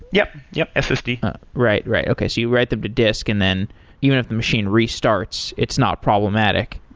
yup. yup. ssd right. right. okay. so you write them to disk, and then even if the machine restarts, it's not problematic.